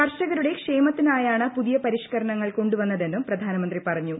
കർഷകരുടെ ക്ഷേമത്തിനായാണ് പുതിയ പരിഷ്കരണങ്ങൾ കൊണ്ടുവന്നതെന്നും പ്രധാനമന്ത്രി പറഞ്ഞു